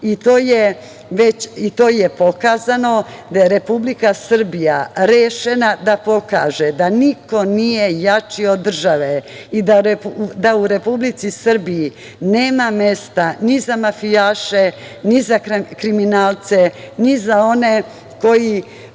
Time je pokazano da je Republika Srbija rešena da pokaže da niko nije jači od države i da u Republici Srbiji nema mesta ni za mafijaše, ni za kriminalce, ni za one koji